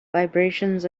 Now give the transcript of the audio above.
vibrations